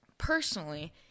Personally